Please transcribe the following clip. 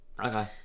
Okay